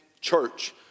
church